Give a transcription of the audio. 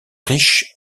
riche